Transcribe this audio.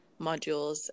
modules